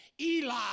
Eli